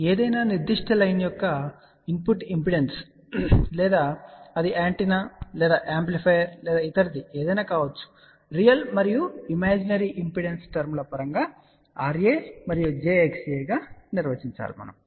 కాబట్టి ఏదైనా నిర్దిష్ట లైన్ యొక్క ఇన్పుట్ ఇంపిడెన్స్ లేదా అది యాంటెన్నా లేదా యాంప్లిఫైయర్ లేదా ఇతరది కావచ్చు రియల్ మరియు ఇమాజినరీ ఇంపెడెన్స్ టర్మ్ ల పరంగా RA మరియు j XA గా నిర్వచించబడతాయి